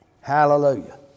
Hallelujah